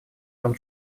том